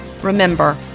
Remember